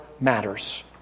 matters